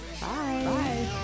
Bye